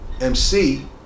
MC